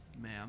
ma'am